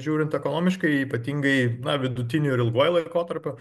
žiūrint ekonomiškai ypatingai na vidutiniu ir ilguoju laikotarpiu